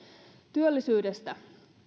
työllisyydestä